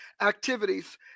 activities